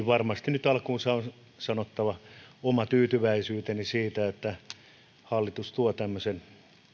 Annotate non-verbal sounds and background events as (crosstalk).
(unintelligible) varmasti nyt alkuunsa on sanottava oma tyytyväisyyteni siitä että hallitus tuo tämmöisen